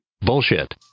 Bullshit